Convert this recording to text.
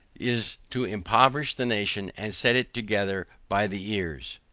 is to impoverish the nation and set it together by the ears.